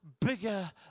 bigger